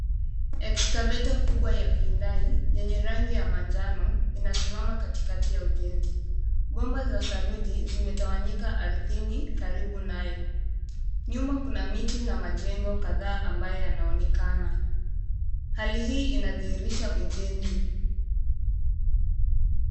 Excavator kubwa ya Hyundai yenye rangi ya manjano inasimama katikati ya ujenzi. Bomba za saruji zimetawanyika ardhini karibu nayo. Nyuma kuna miti na majengo kadhaa ambayo yanaonekana. Hali hii inadhihirisha ujenzi.